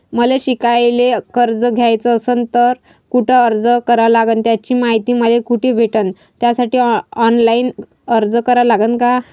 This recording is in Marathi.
मले शिकायले कर्ज घ्याच असन तर कुठ अर्ज करा लागन त्याची मायती मले कुठी भेटन त्यासाठी ऑनलाईन अर्ज करा लागन का?